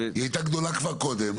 היא הייתה גדולה גם קודם,